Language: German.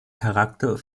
charakter